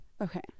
okay